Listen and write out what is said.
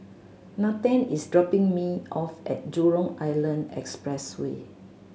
Nathen is dropping me off at Jurong Island Expressway